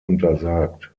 untersagt